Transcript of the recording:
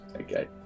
okay